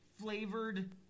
flavored